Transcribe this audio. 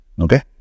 Okay